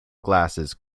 glasses